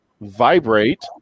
vibrate